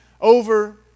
over